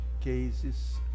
cases